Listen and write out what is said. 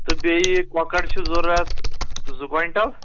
تہٕ بیٚیہِ کۄکَر چھِ ضروٗرت زٕ کویِنٛٹَل